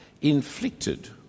inflicted